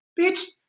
Bitch